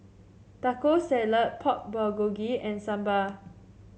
Taco Salad Pork Bulgogi and Sambar